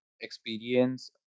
experience